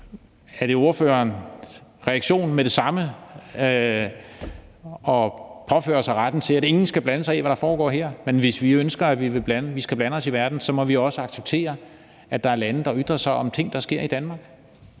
så er ordførerens reaktion med det samme at påberåbe sig retten til at mene, at ingen skal blande sig i, hvad der foregår her. Men hvis vi ønsker, at vi skal kunne blande os i, hvad der sker i verden, så må vi også acceptere, at der er lande, der ytrer sig om, hvad der sker i Danmark.